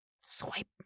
Swipe